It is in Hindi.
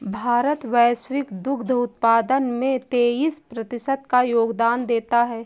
भारत वैश्विक दुग्ध उत्पादन में तेईस प्रतिशत का योगदान देता है